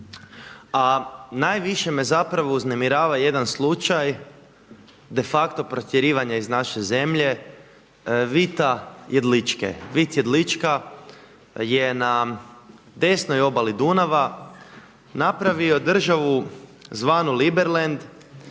a najviše me uznemirava jedan slučaj de facto protjerivanja iz naše zemlje Vita Jedličke. Vit Jedlička je na desnoj obali Dunava napravio državu zvanu Liberland